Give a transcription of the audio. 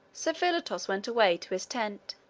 so philotas went away to his tent.